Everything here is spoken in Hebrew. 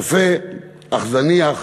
יפה אך זניח,